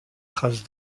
trace